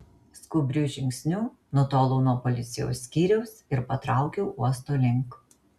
skubriu žingsniu nutolau nuo policijos skyriaus ir patraukiau uosto link